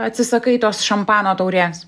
atsisakai tos šampano taurės